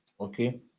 okay